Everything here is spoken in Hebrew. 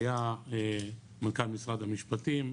היה מנכ"ל משרד המשפטים,